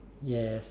yes